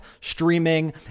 streaming